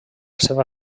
seva